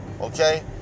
Okay